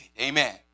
Amen